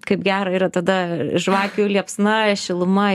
kaip gera yra tada žvakių liepsna šiluma